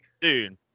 Dude